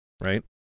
right